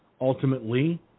ultimately